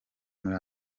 muri